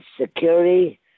security